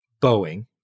Boeing